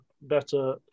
better